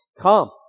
Come